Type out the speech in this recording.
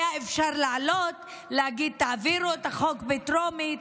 היה אפשר לעלות, להגיד: תעבירו את החוק בטרומית.